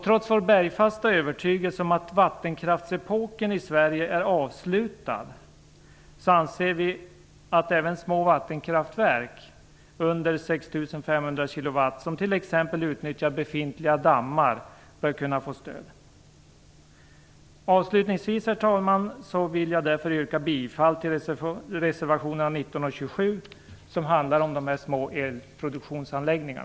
Trots vår bergfasta övertygelse om att vattenkraftsepoken i Sverige är avslutad anser vi att även små vattenkraftverk under 6 500 kWh, som t.ex. utnyttjar befintliga dammar, bör kunna få stöd. Avslutningsvis, herr talman, vill jag därför yrka bifall till reservationerna 19 och 27, som handlar om dessa små elproduktionsanläggningar.